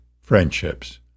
friendships